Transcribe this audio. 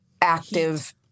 active